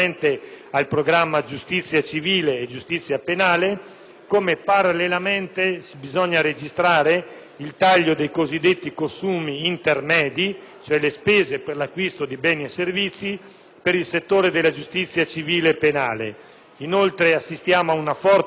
e parallelamente si registra il taglio dei cosiddetti consumi intermedi, cioè delle spese per l'acquisto di beni e servizi per il settore della giustizia civile e penale. Inoltre, si assiste ad una forte riduzione delle risorse destinate agli investimenti